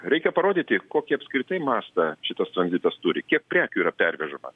reikia parodyti kokį apskritai mastą šitas tranzitas turi kiek prekių yra pervežama